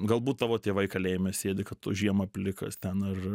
galbūt tavo tėvai kalėjime sėdi kad žiemą plikas ten ar